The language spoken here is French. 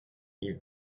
ils